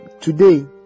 today